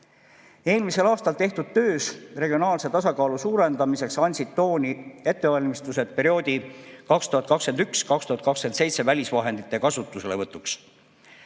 Eelmisel aastal tehtud töös regionaalse tasakaalu suurendamiseks andsid tooni ettevalmistused perioodi 2021–2027 välisvahendite kasutuselevõtuks.